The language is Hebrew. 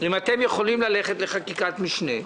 אם אתם יכולים ללכת לחקיקת משנה.